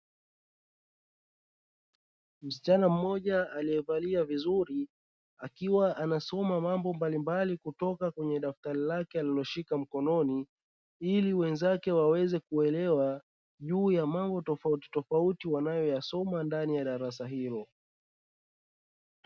Msichana mmoja aliyevalia vizuri akiwa anasoma mambo mbalimbali kutoka kwenye daftari lake, aliloshika mkononi ili wenzake waweze kuelewa juu ya mambo tofauti tofauti, wanayoyasoma ndani ya darasa hilo.